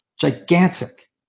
gigantic